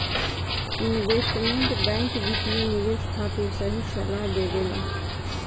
investment bank वित्तीय निवेश खातिर सही सलाह देबेला